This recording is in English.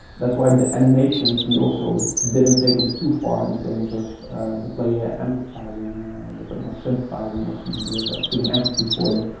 that's why the animations, we also didn't take em too far in terms of the player empathize and with them or sympathizing or something with feeling empathy for them.